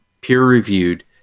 peer-reviewed